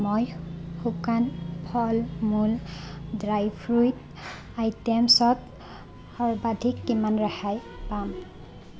মই শুকান ফল মূল ড্ৰাই ফ্ৰুইট আইটেমচত সৰ্বাধিক কিমান ৰেহাই পাম